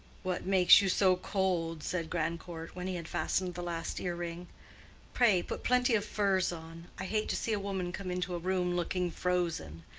what makes you so cold? said grandcourt, when he had fastened the last ear-ring. pray put plenty of furs on. i hate to see a woman come into a room looking frozen.